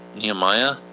Nehemiah